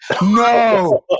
No